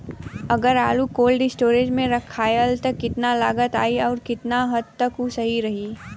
अगर आलू cold storage में रखायल त कितना लागत आई अउर कितना हद तक उ सही रही?